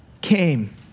came